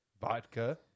Vodka